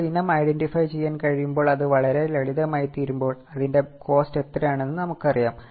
ഇപ്പോൾ ഇനം ഐഡന്റിഫൈ ചെയ്യാൻ കഴിയുമ്പോൾ അത് വളരെ ലളിതമായിത്തീരുമ്പോൾ അതിന്റെ കോസ്റ്റ് എത്രയാണെന്ന് നമുക്കറിയാം